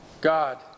God